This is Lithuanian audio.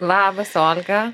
labas olga